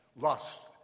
lust